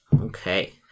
okay